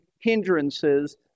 hindrances